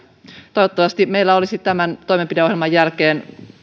toivottavasti meillä olisi tämän toimenpideohjelman jälkeen